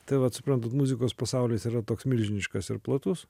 tai vat suprantat muzikos pasaulis yra toks milžiniškas ir platus